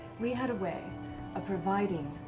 we had a way of providing